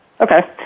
Okay